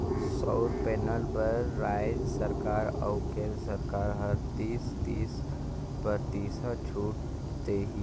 सउर पैनल बर रायज सरकार अउ केन्द्र सरकार हर तीस, तीस परतिसत छूत देही